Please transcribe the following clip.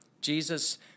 Jesus